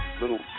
little